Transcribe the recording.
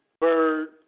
Bird